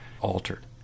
altered